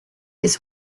has